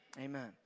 Amen